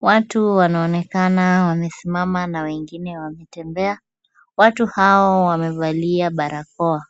Watu wanaonekana wamesimama na wengine wametembea, watu hao wamevalia barakoa.